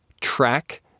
track